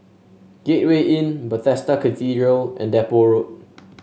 Gateway Inn Bethesda Cathedral and Depot Road